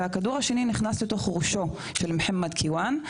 והכדור השני נכנס לתוך ראשו של מוחמד כיואן,